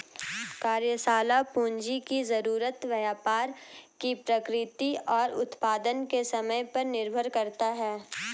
कार्यशाला पूंजी की जरूरत व्यापार की प्रकृति और उत्पादन के समय पर निर्भर करता है